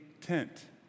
tent